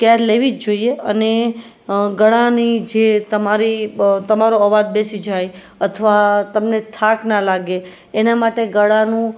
care લેવી જ જોઈએ અને ગળાની જે તમારી તમારો અવાજ બેસી જાય અથવા તમને થાક ના લાગે એના માટે ગળાનું